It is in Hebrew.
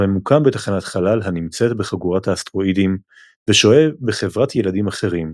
הממוקם בתחנת חלל הנמצאת בחגורת האסטרואידים ושוהה בחברת ילדים אחרים,